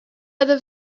other